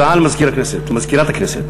הודעה למזכירת הכנסת.